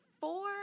Four